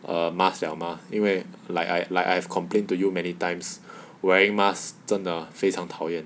err mask liao mah 因为 like I like I've complain to you many times wearing mask 真的非常讨厌